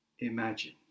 Imagine